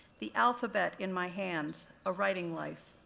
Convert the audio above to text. the alphabet in my hands a writing life,